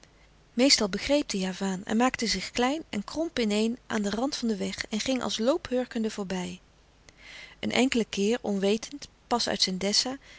meestal begreep de javaan en maakte zich klein en kromp in-een aan den rand van den weg en ging als loophurkende voorbij een enkelen keer onwetend pas uit zijn dessa